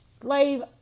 slave